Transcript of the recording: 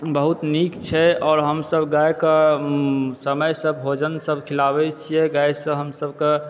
बहुत नीक छै आओर हमसब गायके समयसंँ भोजन सब खिलाबै छिऐ गायसंँ हमसब